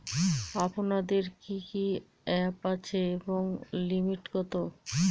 আপনাদের কি কি অ্যাপ আছে এবং লিমিট কত?